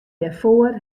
dêrfoar